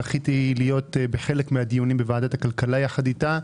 זכיתי להיות בחלק מן הדיונים בוועדת הכלכלה ביחד איתה.